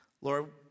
Lord